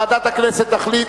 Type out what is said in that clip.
ועדת הכנסת תחליט.